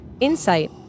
InSight